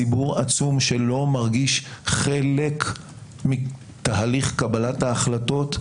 ציבור עצום שלא מרגיש חלק מתהליך קבלת ההחלטות,